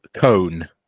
cone